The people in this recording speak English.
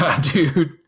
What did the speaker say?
dude